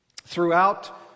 throughout